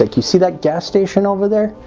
like you see that gas station over there?